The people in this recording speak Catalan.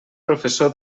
professor